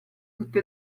tutto